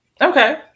okay